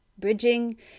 bridging